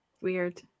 Weird